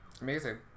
Amazing